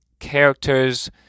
characters